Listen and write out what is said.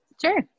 Sure